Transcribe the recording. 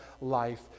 life